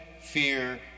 fear